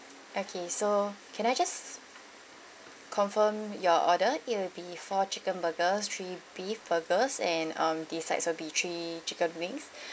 okay so can I just confirm your order it will be four chicken burgers three beef burgers and um the sides will be three chicken wings